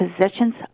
positions